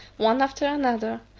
one after another,